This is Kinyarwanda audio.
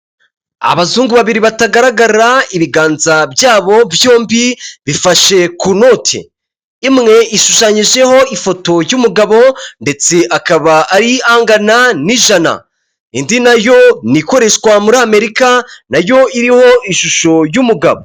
Abazungu babiri batagaragara ibiganza byabo byombi bifashe ku noti. Imwe ishushanyijeho ifoto y’umugabo, ndetse akaba ari angana n’ijana. Indi nayo ni ikoreshwa muri Amerika, nayo iriho ishusho y’umugabo.